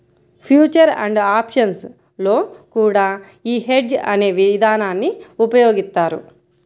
future and options లో కూడా యీ హెడ్జ్ అనే ఇదానాన్ని ఉపయోగిత్తారు